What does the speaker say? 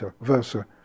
versa